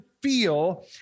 feel